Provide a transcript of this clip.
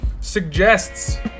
suggests